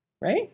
Right